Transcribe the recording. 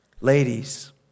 ladies